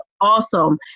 awesome